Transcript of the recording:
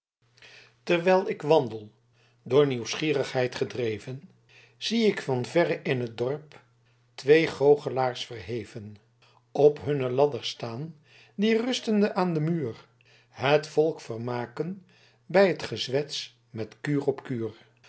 terwijl ik wandel door nieuwsgierigheit gedreven zie ik van verre in t dorp twee goochelaars verheven op hunne ladders staan die rustende aan den muur het volk vermaaken by t gezwets met kuur op kuur